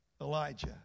Elijah